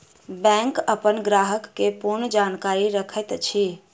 bank अपन ग्राहक के पूर्ण जानकारी रखैत अछि